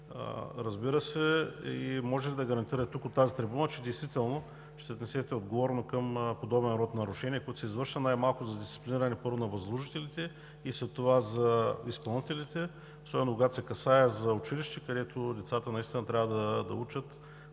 нарушение? Може ли да гарантирате оттук, от тази трибуна, че действително ще се отнесете отговорно към подобен род нарушения, които са извършени, най-малко за дисциплиниране, първо, на възложителите, след това на изпълнителите, особено когато се касае за училище, където децата наистина трябва да учат